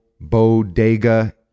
bodega